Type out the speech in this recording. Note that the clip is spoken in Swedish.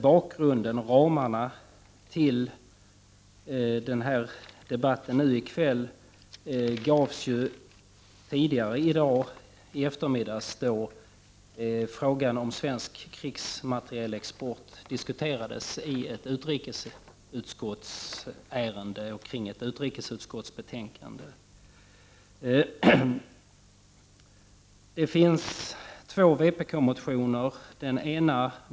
Bakgrunden, ramarna, till debatten nu i kväll gavs tidigare i dag, i eftermiddags, då frågan om svensk krigsmaterielexport diskuterades med anledning av ett betänkande från utrikesutskottet. I betänkandet behandlas alltså två motioner från vpk.